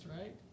right